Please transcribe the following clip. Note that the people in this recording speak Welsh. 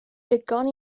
digon